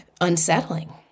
unsettling